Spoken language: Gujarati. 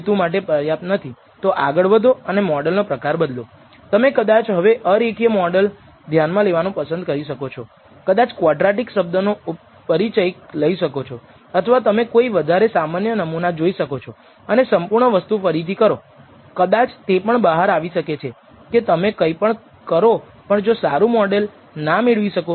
કોન્ફિડન્સ ઈન્ટર્વલસ ફક્ત કહે છે કે ઈન્ટર્વલસ શું છે જેમાં 95 ટકા કોન્ફિડન્સ અથવા 90 ટકા કોન્ફિડન્સ સાથેની સંભાવના છે કે તમે નક્કી કરી શકો છો કે તમારે કયા કદના કોન્ફિડન્સ ઈન્ટર્વલસનું કદ હોવું જોઈએ અને અનુરૂપ તમે વિતરણમાંથી ઈન્ટર્વલસ મેળવી શકો છો